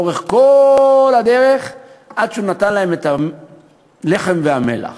לאורך כל הדרך, עד שנתן להם את הלחם והמלח.